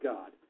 God